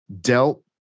dealt